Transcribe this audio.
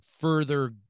further